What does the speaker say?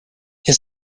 his